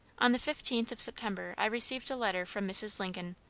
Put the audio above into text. on the fifteenth of september i received a letter from mrs. lincoln,